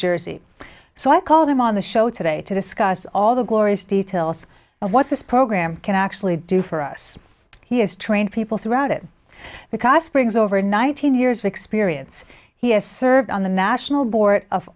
jersey so i called him on the show today to discuss all the glorious details of what this program can actually do for us he has trained people throughout it because briggs over nineteen years of experience he has served on the national board of